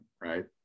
right